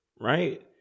right